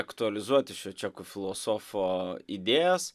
aktualizuoti šio čekų filosofo idėjos